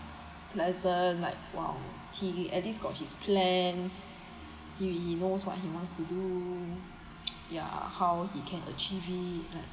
lesson like !wah! he he at least got his plans you he he knows what he wants to do ya how he can achieve it like